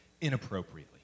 inappropriately